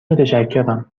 متشکرم